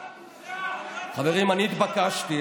חברים, אני התבקשתי